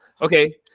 okay